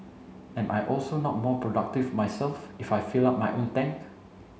am I also not more productive myself if I filled up my own tank